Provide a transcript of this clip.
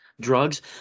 Drugs